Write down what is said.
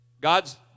God's